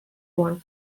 one